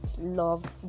love